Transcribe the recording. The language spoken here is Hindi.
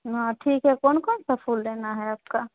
नया ठीक है कौन कौन सा फूल लेना है आपको